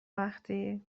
وقتی